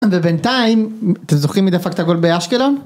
ובינתיים, אתם זוכרים מי דפק את הגול באשקלון?